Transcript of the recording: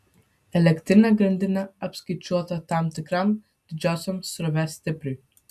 elektrinė grandinė apskaičiuota tam tikram didžiausiam srovės stipriui